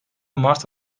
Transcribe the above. mart